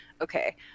Okay